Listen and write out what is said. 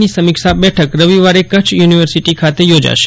ની સમિક્ષા બેઠક રવિવારે કચ્છ યુનિવર્સિટી ખાતે યોજાશે